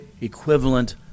equivalent